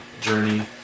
journey